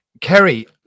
kerry